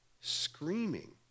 screaming